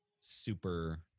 super